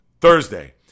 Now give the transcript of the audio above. Thursday